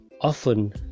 Often